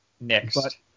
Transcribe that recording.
next